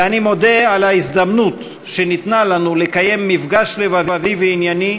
ואני מודה על ההזדמנות שניתנה לנו לקיים מפגש לבבי וענייני,